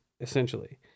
essentially